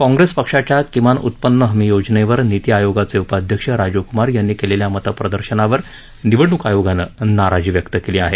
काँग्रेस पक्षाच्या किमान उत्पन्न हमी योजनेवर निती आयोगाचे उपाध्यक्ष राजीव कुमार यांनी केलेल्या मतप्रदर्शनावर निवडणूक आयोगानं नाराजी व्यक्त केली आहे